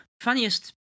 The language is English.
Funniest